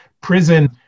prison